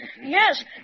Yes